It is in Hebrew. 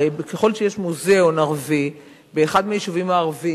הרי כשיש מוזיאון ערבי באחד מהיישובים הערביים,